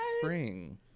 spring